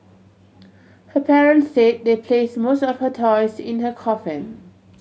her parents said they placed most of her toys in her coffin